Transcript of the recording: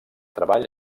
treball